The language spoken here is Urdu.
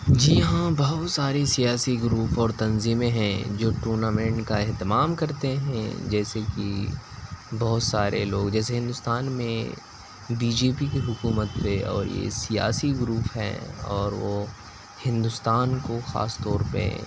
جی ہاں بہت ساری سیاسی گروپ اور تنظیمیں ہیں جو ٹورنامنٹ کا اہتمام کرتے ہیں جیسے کہ بہت سارے لوگ جیسے ہندوستان میں بی جے پی کی حکومت ہے پہ اور یہ سیاسی گروپ ہیں اور وہ ہندوستان کو خاص طور پہ